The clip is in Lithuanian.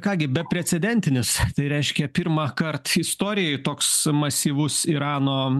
ką gi beprecedentinis tai reiškia pirmąkart istorijoj toks masyvus irano